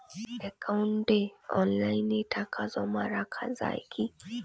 একাউন্টে অনলাইনে টাকা জমা রাখা য়ায় কি?